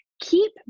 keep